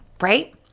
right